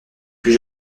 plus